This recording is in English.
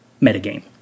metagame